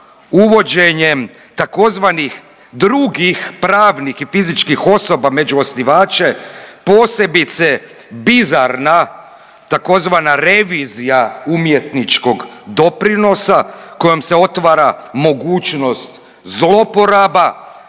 uvođenjem tzv. drugih pravnih i fizičkih osoba među osnivače posebice bizarna tzv. revizija umjetničkog doprinosa kojom se otvara mogućnost zloporaba,